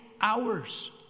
hours